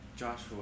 Joshua